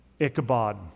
Ichabod